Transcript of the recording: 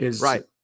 Right